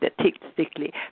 statistically